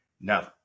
no